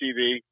TV